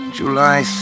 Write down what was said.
July